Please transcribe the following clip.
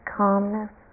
calmness